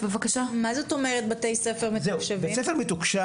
זאת אומרת בתי ספר מתוקשבים?